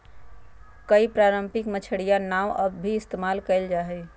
कई पारम्परिक मछियारी नाव अब भी इस्तेमाल कइल जाहई